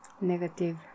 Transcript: negative